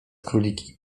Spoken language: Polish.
króliki